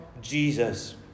Jesus